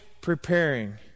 preparing